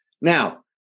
Now